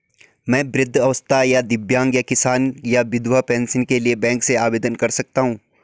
मैं वृद्धावस्था या दिव्यांग या किसान या विधवा पेंशन के लिए बैंक से आवेदन कर सकता हूँ?